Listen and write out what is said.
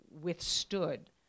withstood